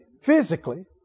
Physically